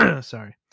sorry